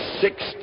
six